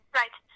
right